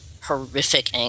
horrific